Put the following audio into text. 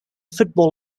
football